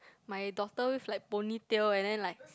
my daughter with like ponytail and then like